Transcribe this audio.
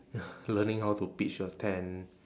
learning how to pitch a tent